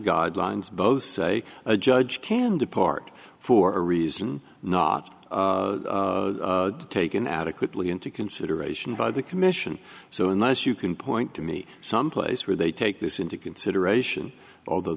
guidelines both say a judge can depart for a reason not taken adequately into consideration by the commission so unless you can point to me some place where they take this into consideration although